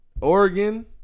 Oregon